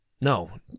No